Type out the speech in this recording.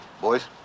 Boys